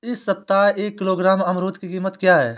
इस सप्ताह एक किलोग्राम अमरूद की कीमत क्या है?